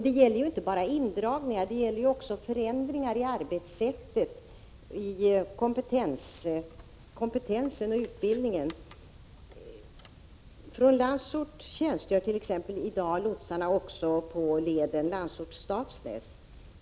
Det gäller inte bara indragningar utan också förändringar beträffande arbetssätt, kompetens och utbildning. Så t.ex. tjänstgör lotsarna från Landsort också på leden Landsort-Stavsnäs.